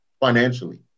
financially